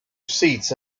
seats